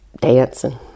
dancing